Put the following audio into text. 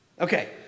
Okay